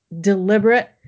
deliberate